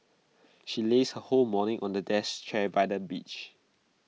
she lazed her whole morning on A death chair by the beach